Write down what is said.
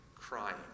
crying